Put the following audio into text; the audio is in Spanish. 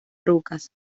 rocas